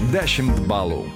dešimt balų